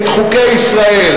את חוקי ישראל,